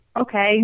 okay